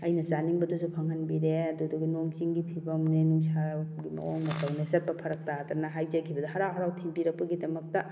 ꯑꯩꯅ ꯆꯥꯅꯤꯡꯕꯗꯨꯁꯨ ꯐꯪꯍꯟꯕꯤꯔꯦ ꯑꯗꯨꯗꯨꯒ ꯅꯣꯡ ꯆꯤꯡꯒꯤ ꯐꯤꯕꯝꯅꯦ ꯅꯨꯡꯁꯥꯒꯤ ꯃꯑꯣꯡ ꯃꯇꯧꯅꯦ ꯆꯠꯄ ꯐꯔꯛ ꯇꯥꯗꯅ ꯍꯥꯏꯖꯈꯤꯕꯗ ꯍꯔꯥꯎ ꯍꯔꯥꯎꯅ ꯊꯤꯟꯕꯤꯔꯛꯄꯒꯤꯗꯃꯛꯇ